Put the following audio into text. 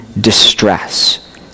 distress